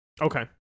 Okay